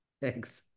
Thanks